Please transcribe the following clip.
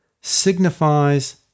signifies